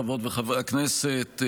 חברות וחברי הכנסת,